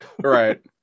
Right